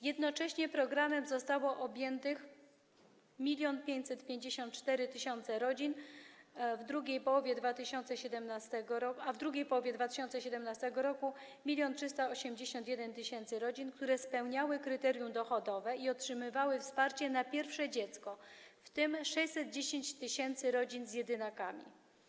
Jednocześnie programem objęto 1552 tys. rodzin w pierwszej połowie 2017 r., a w drugiej połowie 2017 r. 1381 tys. rodzin, które spełniały kryterium dochodowe i otrzymywały wsparcie na pierwsze dziecko, w tym 610 tys. rodzin z jedynakami.